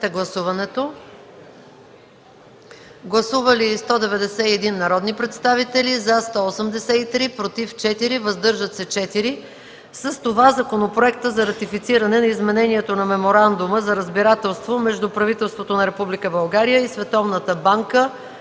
Гласували 191 народни представители: за 183, против 4, въздържали се 4. С това Законът за ратифициране на изменението на Меморандума за разбирателство между правителството на Република